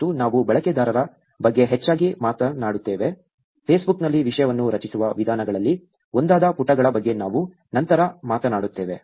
ಮತ್ತು ನಾವು ಬಳಕೆದಾರರ ಬಗ್ಗೆ ಹೆಚ್ಚಾಗಿ ಮಾತನಾಡುತ್ತೇವೆ ಫೇಸ್ಬುಕ್ನಲ್ಲಿ ವಿಷಯವನ್ನು ರಚಿಸುವ ವಿಧಾನಗಳಲ್ಲಿ ಒಂದಾದ ಪುಟಗಳ ಬಗ್ಗೆ ನಾವು ನಂತರ ಮಾತನಾಡುತ್ತೇವೆ